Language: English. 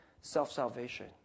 self-salvation